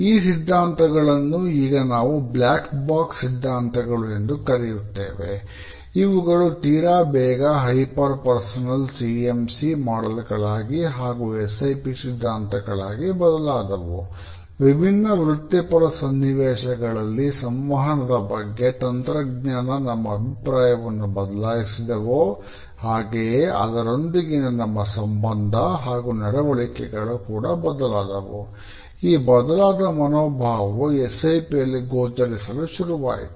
ಈ ಸಿದ್ಧಾಂತಗಳನ್ನು ಈಗ ನಾವು ಬ್ಲಾಕ್ ಬಾಕ್ಸ್ ಯಲ್ಲಿ ಗೋಚರಿಸಲು ಶುರುವಾಯಿತು